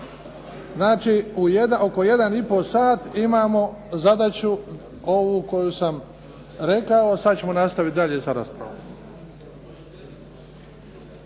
Znači oko 1 i pol sat imamo zadaću ovu koju sam rekao, sad ćemo nastaviti dalje sa raspravom.